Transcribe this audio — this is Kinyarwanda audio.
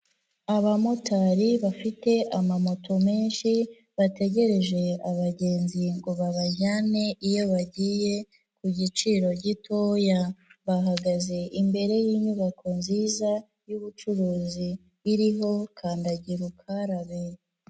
Abamotari bafite amamoto menshi bategereje abagenzi ngo babajyane iyo bagiye ku giciro gitoya. Bahagaze imbere y'inyubako nziza y'ubucuruzi iriho kandagira ukarabe.